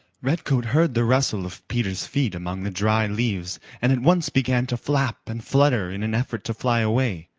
redcoat heard the rustle of peter's feet among the dry leaves and at once began to flap and flutter in an effort to fly away,